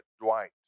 Dwight